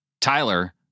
Tyler